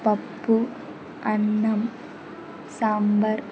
పప్పు అన్నం సాంబారు